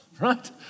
right